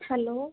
hello